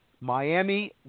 Miami